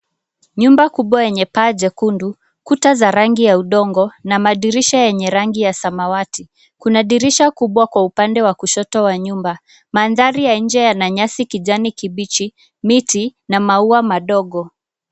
Nyumba kubwa yenye paa jekundu, kuta za rangi ya udongo, na madirisha yenye rangi ya samawati. Kuna dirisha kubwa kwa upande wa kushoto wa nyumba. Mandhari ya nje yana nyasi kijani kibichi, miti na maua madogo.